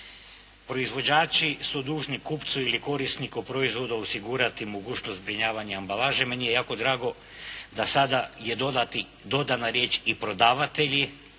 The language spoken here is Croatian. Proizvođači su dužni kupcu ili korisniku proizvoda osigurati mogućnost zbrinjavanja ambalaže. Meni je jako draga da sada je dodana riječ: "i prodavatelji"